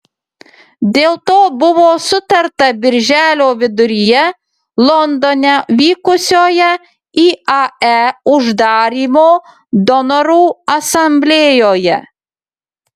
dėl to buvo sutarta birželio viduryje londone vykusioje iae uždarymo donorų asamblėjoje